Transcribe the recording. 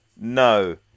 No